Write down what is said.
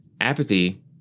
Apathy